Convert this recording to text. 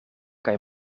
kaj